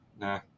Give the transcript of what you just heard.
nah